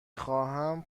خواهم